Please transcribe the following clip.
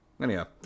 anyhow